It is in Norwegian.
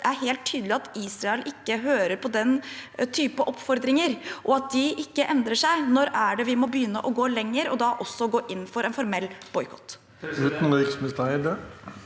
det er helt tydelig at Israel ikke hører på den typen oppfordringer og ikke endrer seg? Når er det vi må begynne å gå lenger, og da også gå inn for en formell boikott?